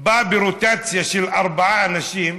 בא ברוטציה של ארבעה אנשים,